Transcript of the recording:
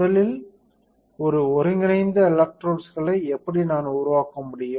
முதலில் ஒரு ஒருங்கிணைந்த எலெக்ட்ரோட்ஸ்களை எப்படி நான் உருவாக்க முடியும்